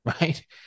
right